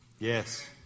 Yes